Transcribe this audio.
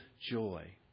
joy